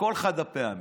לכל החד-פעמיים,